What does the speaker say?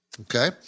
okay